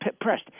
pressed